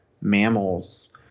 mammals